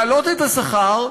להעלות את השכר,